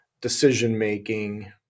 decision-making